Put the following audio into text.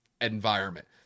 environment